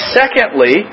secondly